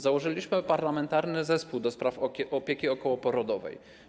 Założyliśmy Parlamentarny Zespół ds. Opieki Okołoporodowej.